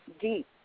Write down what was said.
deep